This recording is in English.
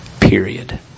Period